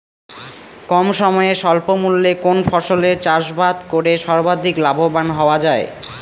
কম সময়ে স্বল্প মূল্যে কোন ফসলের চাষাবাদ করে সর্বাধিক লাভবান হওয়া য়ায়?